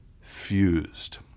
fused